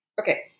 Okay